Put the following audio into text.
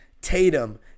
Tatum